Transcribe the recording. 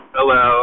Hello